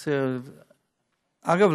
אגב,